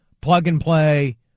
plug-and-play